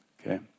okay